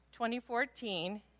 2014